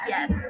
Yes